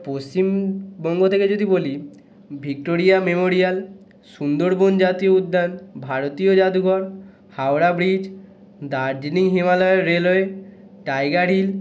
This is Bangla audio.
পশ্চিমবঙ্গ থেকে যদি বলি ভিক্টোরিয়া মেমোরিয়াল সুন্দরবন জাতীয় উদ্যান ভারতীয় জাদুঘর হাওড়া ব্রিজ দার্জিলিং হিমালয়ের রেলওয়ে টাইগার হিল